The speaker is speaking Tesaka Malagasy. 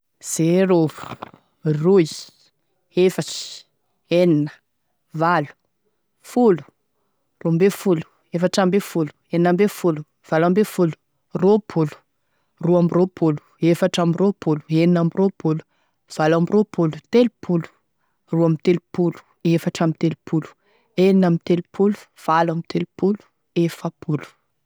Zéro, roy, efatry, enina, valo, folo, roa ambe folo, efatry ambe folo, enina ambe folo, valo ambe folo, roapolo, roa ambe roapolo, efatry ambe roapolo, enina ambe roapolo, valo ambe roapolo, telopolo, roa ambe telopolo, efatry ambe telopolo, enina ambe telopolo, valo ambe telopolo, efapolo.